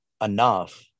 enough